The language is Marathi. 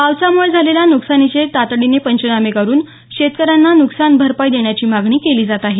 पावसामुळे झालेल्या नुकसानीचे तातडीने पंचनामे करून शेतकऱ्यांना नुकसान भरपाई देण्याची मागणी केली जात आहे